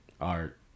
art